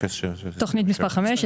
תכנית מספר חמש,